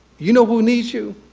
you know who needs you?